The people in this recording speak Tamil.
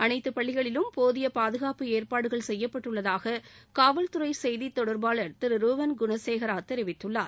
அனைத்து பள்ளிகளிலும் போதிய பாதுகாப்பு ஏற்பாடுகள் செய்யப்பட்டுள்ளதாக காவல்துறை செய்தித் தொடர்பாளர் திரு ருவான் குணசேகரா தெரிவித்துள்ளார்